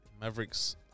Mavericks